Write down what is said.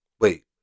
wait